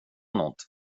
något